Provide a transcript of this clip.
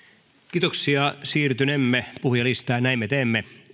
kiitoksia siirtynemme puhujalistaan ja näin me teemme